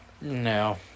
No